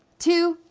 two,